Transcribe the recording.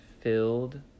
filled